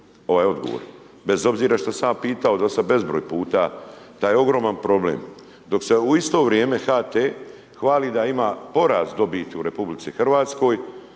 ovaj odgovor. Bez obzira što sam ja pitao do sada bezbroj puta da je ogroman problem, dok se u isto vrijeme HT hvali da ima porast dobiti u RH, a u isto